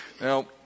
Now